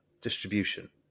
distribution